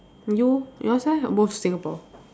you yours eh both Singapore